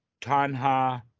Tanha